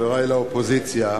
חברי באופוזיציה,